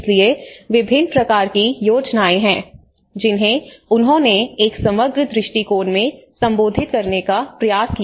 इसलिए विभिन्न प्रकार की योजनाएं हैं जिन्हें उन्होंने एक समग्र दृष्टिकोण में संबोधित करने का प्रयास किया